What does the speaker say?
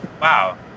wow